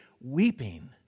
weeping